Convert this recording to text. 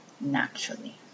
naturally